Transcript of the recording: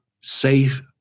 safe